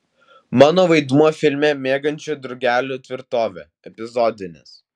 mano vaidmuo filme miegančių drugelių tvirtovė epizodinis